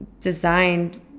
designed